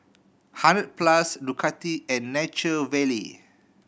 Hundred Plus Ducati and Nature Valley